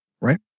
right